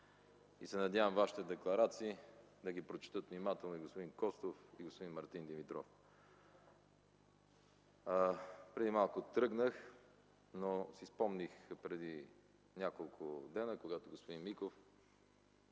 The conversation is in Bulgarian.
Надявам се вашите декларации да ги прочетат внимателно и господин Костов, и господин Мартин Димитров. Преди малко тръгнах, но си спомних преди няколко дни, когато господин Миков